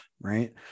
right